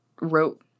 wrote